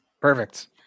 perfect